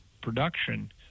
production